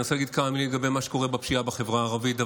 אני רוצה להגיד כמה מילים לגבי מה שקורה בפשיעה בחברה הערבית,